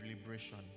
liberation